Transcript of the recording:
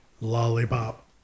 lollipop